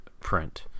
print